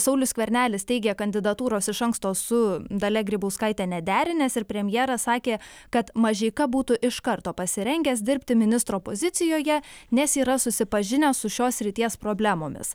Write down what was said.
saulius skvernelis teigia kandidatūros iš anksto su dalia grybauskaite nederinęs ir premjeras sakė kad mažeika būtų iš karto pasirengęs dirbti ministro pozicijoje nes yra susipažinęs su šios srities problemomis